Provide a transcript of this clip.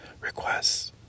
requests